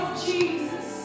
Jesus